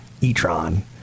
E-tron